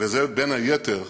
וזה, בין היתר,